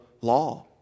law